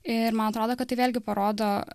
ir man atrodo kad tai vėlgi parodo